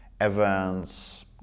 events